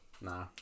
Nah